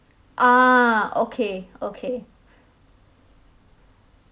ah okay okay